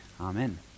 Amen